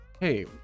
Hey